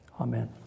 amen